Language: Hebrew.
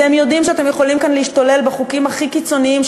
אתם יודעים שאתם יכולים כאן להשתולל בחוקים הכי קיצוניים,